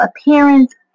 appearance